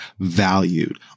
valued